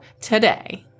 today